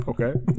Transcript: okay